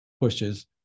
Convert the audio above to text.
pushes